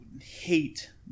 hate